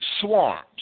swarms